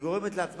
אין בעולם מציאות